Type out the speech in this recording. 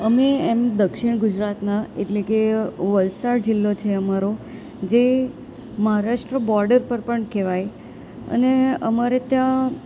અમે એમ દક્ષિણ ગુજરાતનાં એટલે કે વલસાડ જિલ્લો છે અમારો જે મહારાષ્ટ્ર બોર્ડર પર પણ કહેવાય અને અમારે ત્યાં